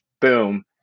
boom